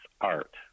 art